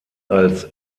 als